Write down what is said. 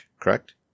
correct